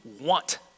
want